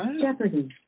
Jeopardy